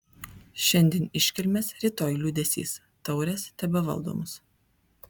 šiandien iškilmės rytoj liūdesys taurės tebevaldo mus